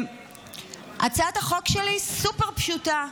הצעת החוק שלי סופר-פשוטה.